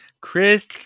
Chris